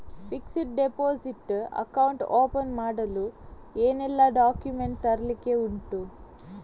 Fixed deposit account open ಮಾಡಲು ಏನೆಲ್ಲಾ documents ತರ್ಲಿಕ್ಕೆ ಉಂಟು?